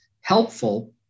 helpful